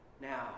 Now